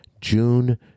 June